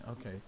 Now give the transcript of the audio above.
Okay